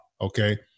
Okay